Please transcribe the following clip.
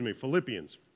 Philippians